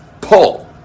pull